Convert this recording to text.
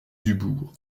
dubourg